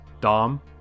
Dom